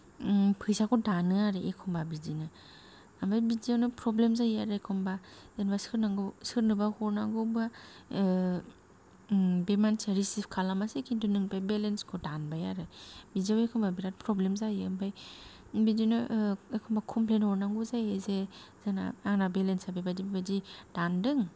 फैसाखौ दानो आरो एखम्बा बिदिनो ओमफाय बिदियावनो प्रब्लेम जायो आरो एखम्बा जेनेबा सोरनावबा सोरनोबा हरनांगौ बा बे मानसिया रिसिभ खालामासै किन्तु नोंनिफ्राय बेलेन्सखौ दानबाय आरो बिदियाव एखम्बा बिरात प्रब्लेम जायो ओम्फाय बिदिनो एखम्बा कमप्लेन हरनांगौ जायो जे जोंना आंना बेलेन्सा बेबायदि बेबायदि दानदों